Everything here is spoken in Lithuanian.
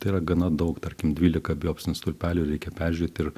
tai yra gana daug tarkim dvyliką biopsinių stulpelių reikia peržiūrėt ir